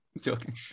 joking